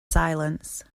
silence